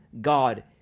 God